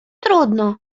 trudno